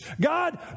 God